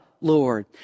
Lord